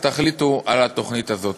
אז תחליטו על התוכנית הזאת.